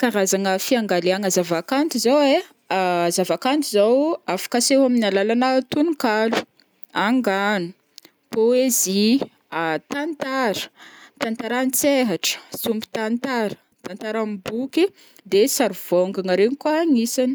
Karazagna fiangaliagna zava-kanto zao ai, zava-kanto zao o afaka aseho amin'ny alalana tononkalo, angano, poésie, tantara, tantara antsehatra, sombintantara, tantara am'boky, de sary vôgagna regny koa agnisany.